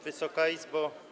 Wysoka Izbo!